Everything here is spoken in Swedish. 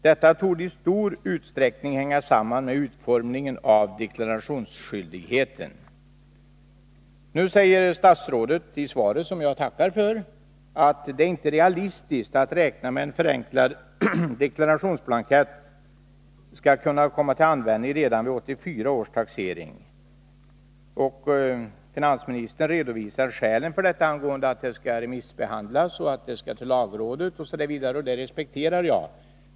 Detta torde i stor utsträckning hänga samman med utformningen av deklarationsskyldigheten.” Nu säger statsrådet i svaret, som jag tackar för, att det inte är realistiskt att räkna med att en förenklad deklarationsblankett skall kunna komma till användning redan vid 1984 års taxering. Finansministern redovisar skälen till detta, bl.a. att ett eventuellt förslag skall remissbehandlas och lagrådsgranskas: Jag respekterar detta.